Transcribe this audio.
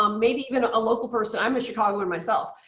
um maybe even a local person. i'm a chicagoan myself.